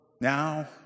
now